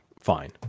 fine